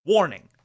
Warning